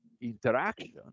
interaction